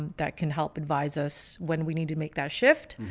that can help advise us when we need to make that shift.